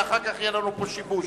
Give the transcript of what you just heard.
ואחר כך יהיה לנו פה שיבוש.